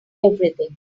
everything